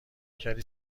کردی